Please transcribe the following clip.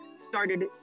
started